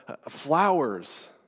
flowers